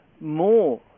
more